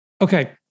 Okay